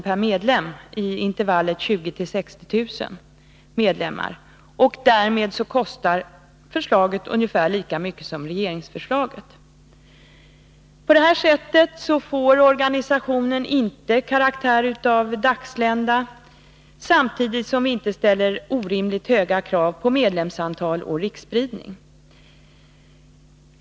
per medlem i intervallet 20 000-60 000 medlemmar. Därmed kostar vårt förslag ungefär lika mycket som regeringsförslaget. På det här sättet får organisationen inte karaktär av dagslända, samtidigt som vi inte ställer orimligt höga krav på medlemsantal och riksspridning.